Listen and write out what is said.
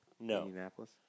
Indianapolis